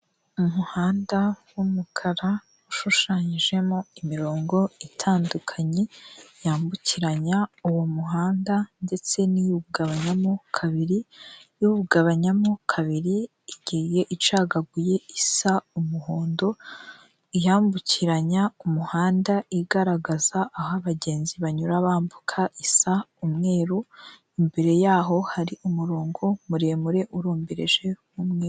Umuhanda w'umukara ushushanyijemo imirongo itandukanye yambukiranya uwo muhanda ndetse n'iwugabanyamo kabiri, iwugabanyamo kabiri igiye icagaguye isa umuhondo, iyambukiranya umuhanda igaragaza aho abagenzi banyura bambuka isa umweru, imbere yaho hari umurongo muremure urombereje w'umweru.